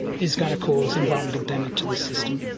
is going to cause environmental damage to this system.